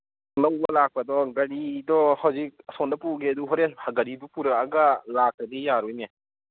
ꯂꯧꯕ ꯂꯥꯛꯄꯗꯣ ꯒꯥꯔꯤꯗꯣ ꯍꯧꯖꯤꯛ ꯑꯁꯣꯝꯗ ꯄꯨꯈꯤ ꯑꯗꯨ ꯍꯣꯔꯦꯟ ꯒꯥꯔꯤꯗꯨ ꯄꯨꯔꯛꯑꯒ ꯂꯥꯛꯇ꯭ꯔꯗꯤ ꯌꯥꯔꯣꯏꯅꯦ